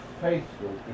faithful